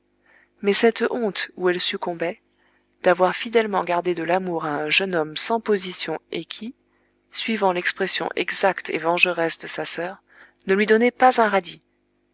mais cette honte où elle succombait d'avoir fidèlement gardé de l'amour à un jeune homme sans position et qui suivant l'expression exacte et vengeresse de sa sœur ne lui donnait pas un radis